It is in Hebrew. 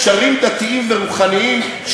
קשרים דתיים ורוחניים,